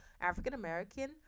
African-American